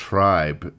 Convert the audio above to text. Tribe